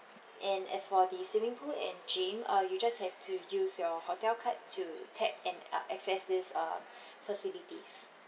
and as for the swimming pool and gym uh you just have to use your hotel card to tap and uh access this uh facilities